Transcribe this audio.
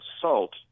assault